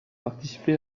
participé